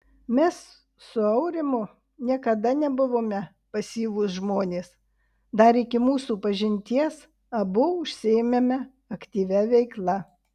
mes su aurimu niekada nebuvome pasyvūs žmonės dar iki mūsų pažinties abu užsiėmėme aktyvia veikla